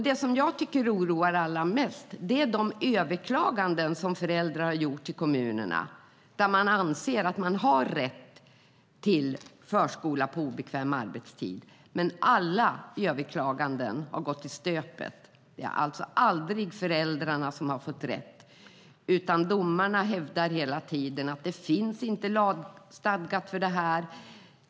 Det som jag tycker oroar allra mest är de överklaganden som föräldrar har gjort till kommunerna. De anser att de har rätt till förskola på obekväm arbetstid, men alla överklaganden har gått i stöpet. Det är alltså aldrig föräldrarna som har fått rätt, utan domarna hävdar hela tiden att detta inte finns lagstadgat.